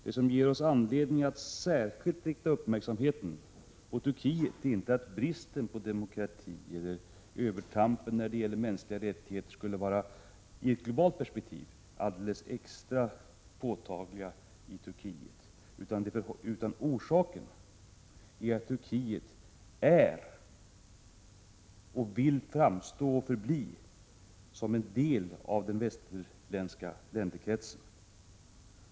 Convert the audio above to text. Det som ger oss anledning att särskilt rikta uppmärksamheten på Turkiet är inte att bristen på demokrati eller övertrampen när det gäller mänskliga rättigheter i ett globalt perspektiv skulle vara alldeles extra påtagliga i Turkiet. Orsaken är att Turkiet är och vill framstå som och förbli en del av den västerländska länderkretsen.